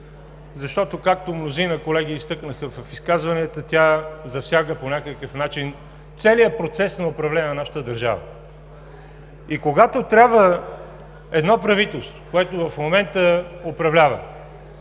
защото, както мнозина колеги изтъкнаха в изказванията, тя засяга по някакъв начин целия процес на управление на нашата държава. И когато трябва едно правителство, което в момента управлява,